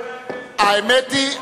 האמת היא,